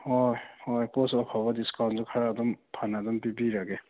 ꯍꯣꯏ ꯍꯣꯏ ꯄꯣꯠꯁꯨ ꯑꯐꯕ ꯗꯤꯁꯀꯥꯎꯟꯁꯨ ꯈꯔ ꯑꯗꯨꯝ ꯐꯅ ꯑꯗꯨꯝ ꯄꯤꯕꯤꯔꯒꯦ